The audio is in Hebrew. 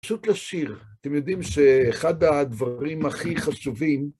פשוט לשיר. אתם יודעים שאחד הדברים הכי חשובים...